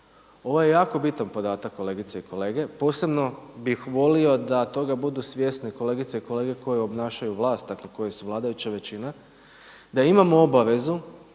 Ovo je jako bitan podatak kolegice i kolege, posebno bih volio da toga budu svjesni kolegice i kolege koji obnašaju vlast, dakle koji su vladajuća većina, da imamo obavezu